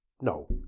No